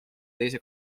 teise